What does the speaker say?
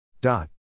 Dot